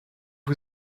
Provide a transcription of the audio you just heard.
que